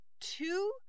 Two